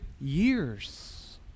years